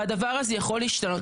והדבר הזה יכול להשתנות.